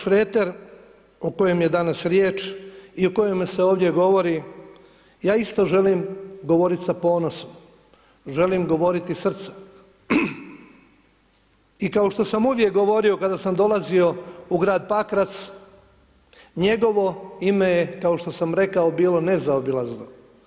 Dr. Šreter, o kojem je danas riječ i o kojemu se ovdje govori, ja isto želim govorit sa ponosom, želim govoriti srcem i kao što sam uvijek govorio kada sam dolazio u grad Pakrac, njegovo ime je, kao što sam rekao, bilo nezaobilazno.